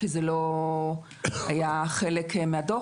כי זה לא היה חלק מהדוח.